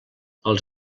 els